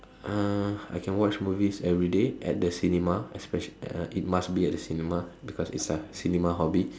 uh I can watch movies everyday at the cinema especial~ uh it must be at the cinema because it's a cinema hobby